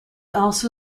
also